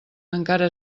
encara